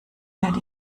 werde